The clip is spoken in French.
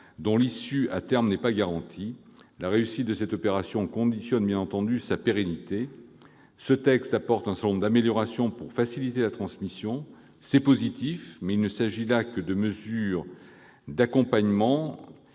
dont l'issue à terme n'est pas garantie. La réussite de cette opération conditionne sa pérennité. Le texte apporte un certain nombre d'améliorations pour faciliter la transmission d'entreprise. C'est positif, mais il ne s'agit là que de mesures d'accompagnement.